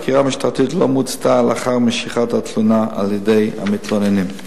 החקירה המשטרתית לא מוצתה לאחר משיכת התלונה על-ידי המתלוננים.